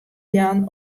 jaan